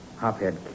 Hophead